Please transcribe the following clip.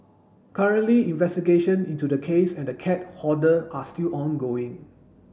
currently investigation into the case and the cat hoarder are still ongoing